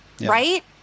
Right